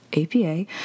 APA